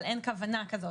אבל אין כוונה כזאת.